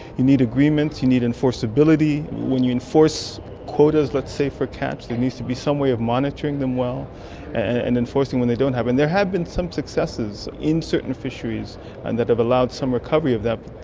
you need agreements, you need enforceability. when you enforce quotas, let's say for catch, there needs to be some way of monitoring them well and enforcing them when they don't happen. there have been some successes in certain fisheries and that have allowed some recovery of that,